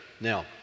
Now